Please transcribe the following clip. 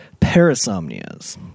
parasomnias